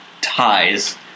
ties